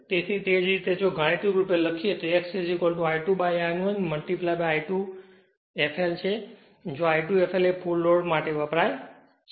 તેથી તેજ રીતે જો ગાણિતિક રૂપે લખીએ તો x I2I2 I2 fl છે જ્યાં I2 fl ફુલ લોડ માટે વપરાય છે